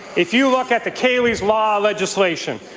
if you look at the cayley's law legislation,